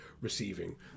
receiving